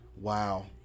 Wow